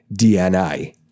DNA